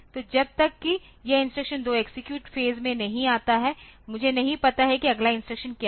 तो जब तक कि यह इंस्ट्रक्शन 2 एक्सेक्यूट फेज में नहीं आता है मुझे नहीं पता कि अगला इंस्ट्रक्शन क्या है